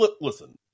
listen